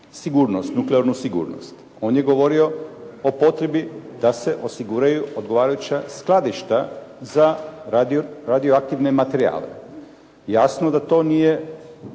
nuklearnu sigurnost. On je govorio o potrebi da se osiguraju odgovarajuća skladišta za radioaktivne materijale. Jasno da to nije